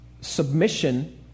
submission